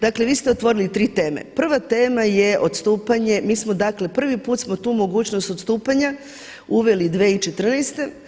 Dakle, vi ste otvorili 3 teme, prva tema je odstupanje, mi smo dakle, prvi put smo tu mogućnost odstupanja uveli 2014.